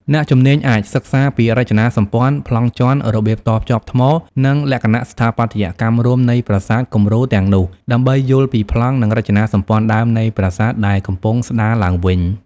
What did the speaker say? អ្នកជំនាញអាចសិក្សាពីរចនាសម្ព័ន្ធ ប្លង់ជាន់ របៀបតភ្ជាប់ថ្ម និងលក្ខណៈស្ថាបត្យកម្មរួមនៃប្រាសាទគំរូទាំងនោះ ដើម្បីយល់ពីប្លង់ និងរចនាសម្ព័ន្ធដើមនៃប្រាសាទដែលកំពុងស្ដារឡើងវិញ។